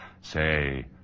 say